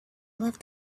left